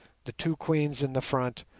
the two queens in the front,